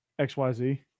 XYZ